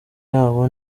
yabo